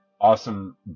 awesome